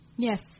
Yes